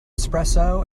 espresso